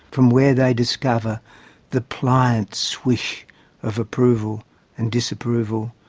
from where they discover the pliant swish of approval and disapproval,